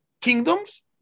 Kingdoms